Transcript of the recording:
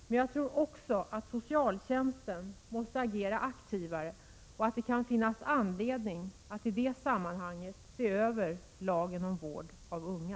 Men jag tror också att socialtjänsten måste agera aktivare och att det kan finnas anledning att i det sammanhanget se över lagen om vård av unga.